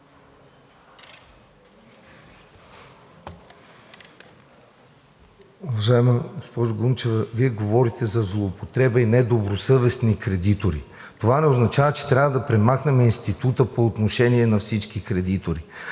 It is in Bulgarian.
Вие говорите за злоупотреба и недобросъвестни кредитори. Това не означава, че трябва да премахнем института по отношение на всички кредитори.